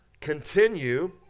continue